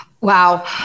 Wow